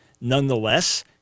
Nonetheless